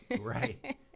Right